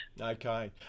Okay